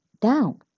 down